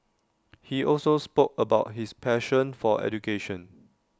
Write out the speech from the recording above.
he also spoke about his passion for education